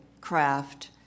craft